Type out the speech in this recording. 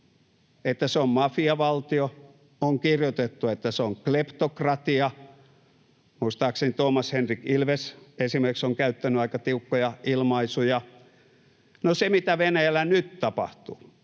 että se on mafiavaltio, on kirjoitettu, että se on kleptokratia — muistaakseni esimerkiksi Toomas Hendrik Ilves on käyttänyt aika tiukkoja ilmaisuja. No, se, mitä Venäjällä nyt tapahtuu